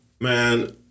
man